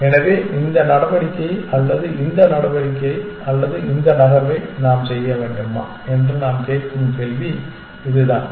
எனவே இந்த நடவடிக்கை அல்லது இந்த நடவடிக்கை அல்லது இந்த நகர்வை நாம் செய்ய வேண்டுமா என்று நாம் கேட்கும் கேள்வி இதுதான்